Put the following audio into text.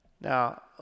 Now